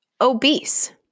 obese